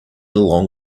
along